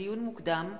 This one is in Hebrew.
לדיון מוקדם: